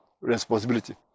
responsibility